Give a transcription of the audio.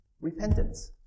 repentance